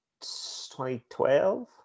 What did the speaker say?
2012